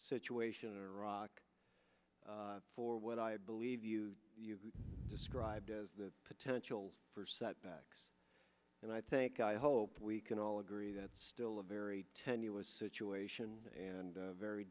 situation in iraq for what i believe you described as the potential for setbacks and i think i hope we can all agree that's still a very tenuous situation and very